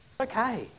Okay